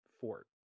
fort